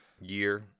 year